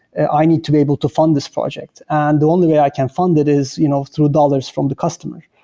i need to be able to fund this project. and the only way i can fund it is you know through dollars from the customer.